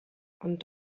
ond